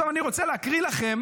אני רוצה להקריא לכם